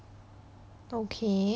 okay